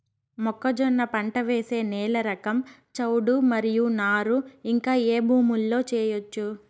మొక్కజొన్న పంట వేసే నేల రకం చౌడు మరియు నారు ఇంకా ఏ భూముల్లో చేయొచ్చు?